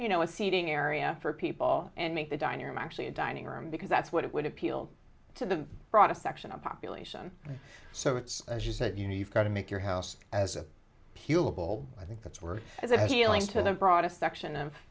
you know a seating area for people and make the dining room actually a dining room because that's what it would appeal to the broadest section of population so it's as you said you know you've got to make your house as a pua bowl i think that's worth as appealing to the broadest section of